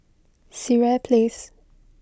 Sireh Place